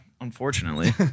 unfortunately